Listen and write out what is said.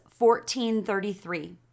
14.33